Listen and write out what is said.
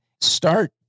start